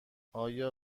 آیا